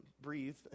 breathe